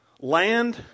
land